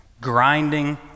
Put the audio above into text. grinding